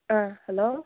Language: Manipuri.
ꯑ ꯍꯂꯣ